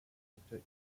victor